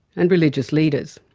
and religious leaders.